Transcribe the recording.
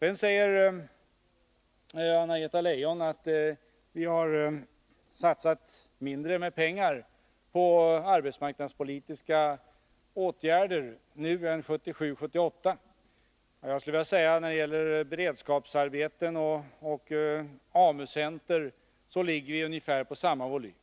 Sedan säger Anna-Greta Leijon att vi har satsat mindre pengar på arbetsmarknadspolitiska åtgärder nu än 1977/78. Jag skulle vilja säga att när det gäller beredskapsarbeten och AMU-center ligger vi på ungefär samma volym.